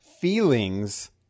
feelings